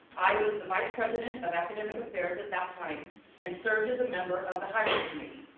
i was the vice president of academic affairs at that time and served as a member of the hiring committee.